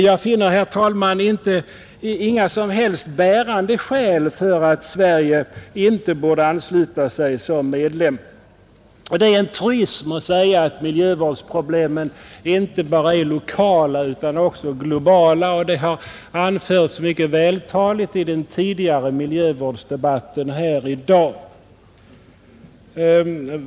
Jag finner, herr talman, inga som helst bärande skäl för att Sverige inte borde ansluta sig som medlem. Det är en truism att säga att miljövårdsproblemen inte bara är lokala utan globala, och därom har det anförts mycket vältaligt i den tidigare miljövårdsdebatten här i dag.